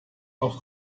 auf